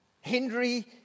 Henry